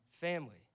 family